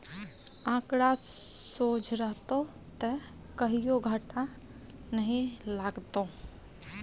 आंकड़ा सोझ रहतौ त कहियो घाटा नहि लागतौ